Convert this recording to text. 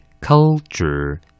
Culture